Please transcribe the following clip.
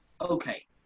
Okay